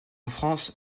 france